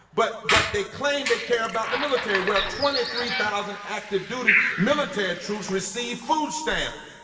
but but they claim they care about the military. well, twenty three thousand active duty military troops receive food stamps.